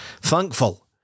thankful